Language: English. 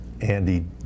Andy